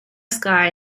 sky